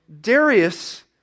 Darius